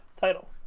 title